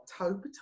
October